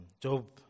Job